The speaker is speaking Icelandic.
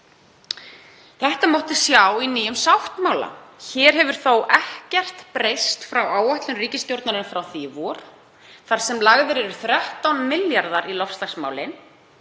Það mátti sjá í nýjum sáttmála. Hér hefur þó ekkert breyst frá áætlun ríkisstjórnarinnar frá því í vor þar sem lagðir eru 13 milljarðar kr. í loftslagsmálin.